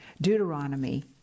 Deuteronomy